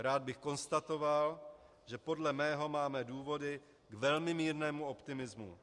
Rád bych konstatoval, že podle mého máme důvody k velmi mírnému optimismu.